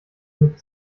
mit